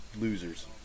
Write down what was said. losers